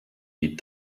beat